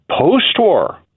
Post-war